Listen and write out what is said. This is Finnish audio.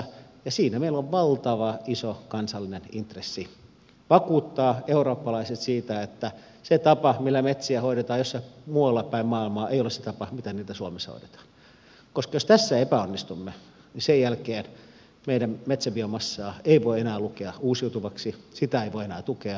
siinä meillä on valtavan iso kansallinen intressi vakuuttaa eurooppalaiset siitä että se tapa millä metsiä hoidetaan jossain muualla päin maailmaa ei ole se tapa miten niitä suomessa hoidetaan koska jos tässä epäonnistumme niin sen jälkeen meidän metsäbiomassaamme ei voi enää lukea uusiutuvaksi sitä ei voi enää tukea ja niin edelleen